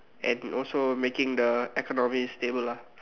and also making the economy stable lah